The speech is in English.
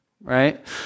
Right